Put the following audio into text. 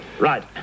Right